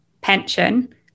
pension